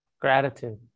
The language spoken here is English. gratitude